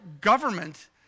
government